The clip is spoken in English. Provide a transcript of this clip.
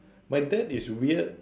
my dad is weird